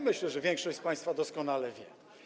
Myślę, że większość z państwa doskonale wie.